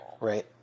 Right